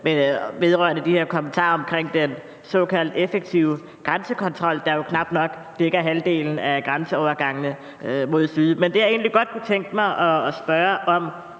vedrørende de her kommentarer om den såkaldt effektive grænsekontrol, der jo knap nok dækker halvdelen af grænseovergangene mod syd. Men det, jeg egentlig godt kunne tænke mig at spørge om,